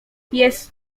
jest